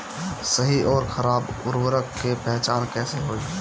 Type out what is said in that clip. सही अउर खराब उर्बरक के पहचान कैसे होई?